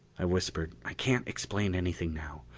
i whispered, i can't explain anything now.